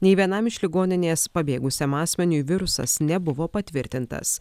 nei vienam iš ligoninės pabėgusiam asmeniui virusas nebuvo patvirtintas